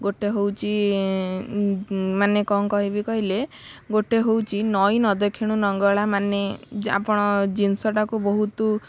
ଗୋଟେ ହେଉଛି ମାନେ କ'ଣ କହିବି କହିଲେ ଗୋଟେ ହେଉଛି ନଈ ନ ଦେଖିଣୁ ନଙ୍ଗଳା ମାନେ ଯେ ଆପଣ ଜିନିଷଟାକୁ ବହୁତ